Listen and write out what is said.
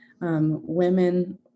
women